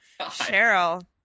Cheryl